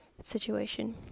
situation